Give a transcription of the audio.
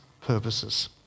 purposes